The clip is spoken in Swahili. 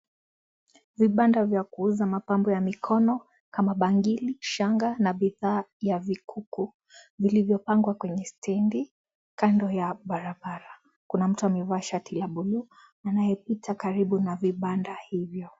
Vibanda vya kuuza mapambo ya mikono kama bangili shanga na bidhaa ya vikuku vilivyopangwa kwenye stendi kando ya barabara, kuna mtu amevaa shati ya buluu anayepita karibu na vibanda hivyo.